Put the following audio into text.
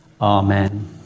Amen